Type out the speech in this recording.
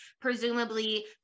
presumably